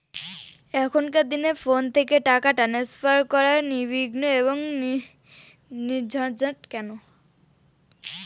এখনকার দিনে ফোন থেকে টাকা ট্রান্সফার করা নির্বিঘ্ন এবং নির্ঝঞ্ঝাট